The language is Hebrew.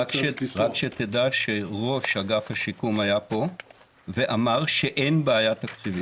רק שתדע שראש אגף השיקום היה פה ואמר שאין בעיה תקציבית.